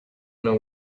know